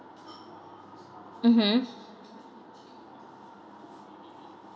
mmhmm